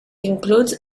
includes